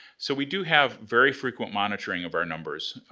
so we do have very frequent monitoring of our numbers.